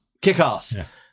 Kick-Ass